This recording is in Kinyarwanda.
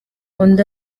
undi